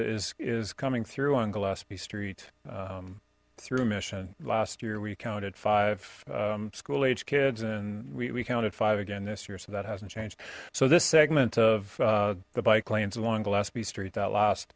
is is coming through on gillespie street through mission last year we counted five school age kids and we counted five again this year so that hasn't changed so this segment of the bike lanes along gillespie street that last